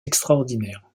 extraordinaires